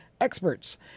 experts